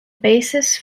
basis